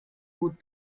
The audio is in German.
gut